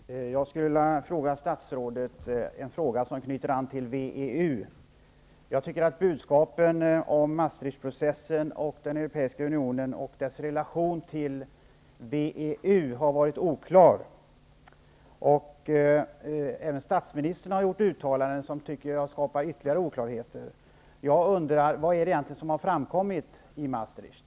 Fru talman! Jag skulle till statsrådet vilja ställa en fråga som knyter an till VEU. Jag tycker att budskapen om Maastricht-processen och den europeiska unionen och dess relation till VEU har varit oklara. Även statsministern har gjort uttalanden som jag tycker skapar ytterligare oklarhet. Vad har egentligen framkommit i Maastricht?